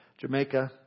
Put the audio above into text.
Jamaica